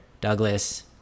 Douglas